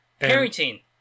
parenting